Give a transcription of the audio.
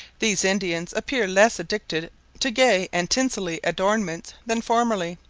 these indians appear less addicted to gay and tinselly adornments than formerly,